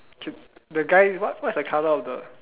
the guy what what is the colour of the